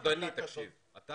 אדוני, תקשיב, אתה